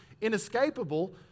inescapable